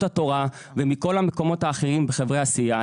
התורה ומכל המקומות האחרים בחברי הסיעה.